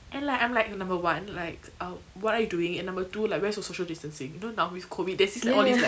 and like I'm like number one like uh what are you doing and number two like where's your social distancing you know now with COVID there's this like all this like